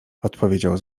odpowiedział